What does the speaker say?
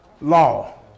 law